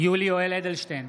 יולי יואל אדלשטיין,